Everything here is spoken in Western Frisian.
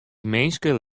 minsken